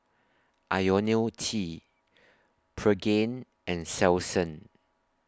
Ionil T Pregain and Selsun